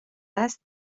است